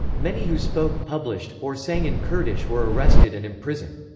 many who spoke, published, or sang in kurdish were arrested and imprisoned.